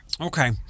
Okay